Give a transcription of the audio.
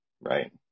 Right